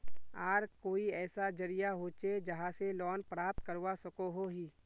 आर कोई ऐसा जरिया होचे जहा से लोन प्राप्त करवा सकोहो ही?